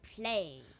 play